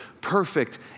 perfect